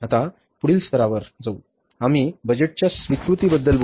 आता पुढील स्तरावर आम्ही बजेटच्या स्वीकृतीबद्दल बोलू